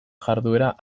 jarduera